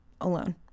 alone